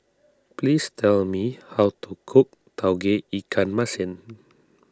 please tell me how to cook Tauge Ikan Masin